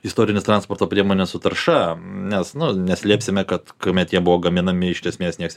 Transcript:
istorinės transporto priemonės su tarša nes nu neslėpsime kad kuomet jie buvo gaminami iš esmės niekas